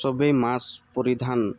চবেই মাস্ক পৰিধান